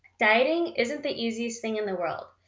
dieting isn't the easiest thing in the world,